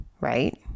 right